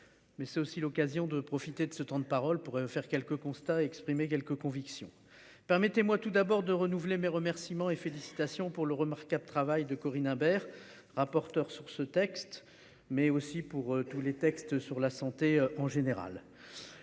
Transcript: Mais c'est aussi l'occasion de profiter de ce temps de parole pour faire quelques constats exprimé quelques convictions. Permettez-moi tout d'abord de renouveler mes remerciements et félicitations pour le remarquable travail de Corinne Imbert rapporteure sur ce texte, mais aussi pour tous les textes sur la santé en général.